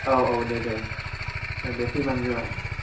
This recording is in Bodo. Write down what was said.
औ औ दे दे फैबानो जाबाय